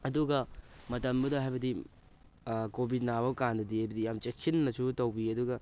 ꯑꯗꯨꯒ ꯃꯇꯝꯗꯨꯗ ꯍꯥꯏꯕꯗꯤ ꯀꯣꯚꯤꯗ ꯅꯥꯕ ꯀꯥꯟꯗꯗꯤ ꯍꯥꯏꯕꯗꯤ ꯌꯥꯝ ꯆꯦꯛꯁꯤꯟꯅꯁꯨ ꯇꯧꯕꯤ ꯑꯗꯨꯒ